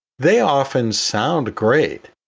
they often sound great,